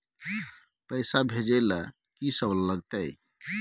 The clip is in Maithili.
पैसा भेजै ल की सब लगतै?